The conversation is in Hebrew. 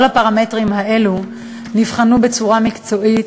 כל הפרמטרים האלה נבחנו בצורה מקצועית,